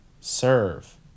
serve